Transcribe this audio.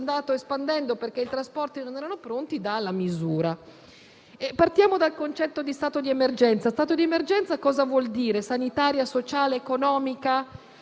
andato espandendo perché i trasporti non erano pronti dà la misura. Partiamo dal concetto di stato di emergenza. Cosa vuol dire stato di emergenza? Sanitaria, sociale, economica?